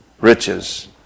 riches